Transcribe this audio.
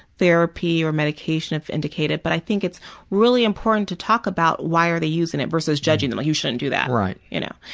therapy or medications if indicated, but i think it's really important to talk about why are they using it versus judging them you shouldn't do that. you know?